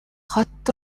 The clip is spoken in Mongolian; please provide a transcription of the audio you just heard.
хот